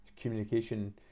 communication